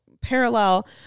Parallel